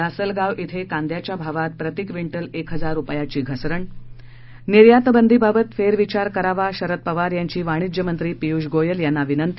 लासलगाव धिं कांद्याच्या भावात प्रतिक्विंटल एक हजार रुपयाची घसरण निर्यातबंदीबाबत फेरविचार करावा शरद पवार यांची वाणिज्यमंत्री पियूष गोयल यांना विनंती